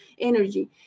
energy